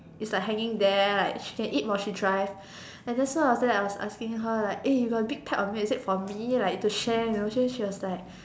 its like hanging there like she can eat while she drive and then so after that I was asking her like eh you got a big pack of snack is it like for me like to share you know then she was like